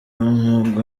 mwuga